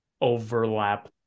overlap